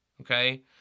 Okay